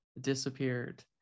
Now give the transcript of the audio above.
disappeared